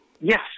Yes